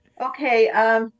Okay